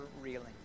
reeling